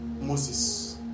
Moses